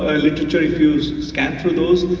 if you scan through those,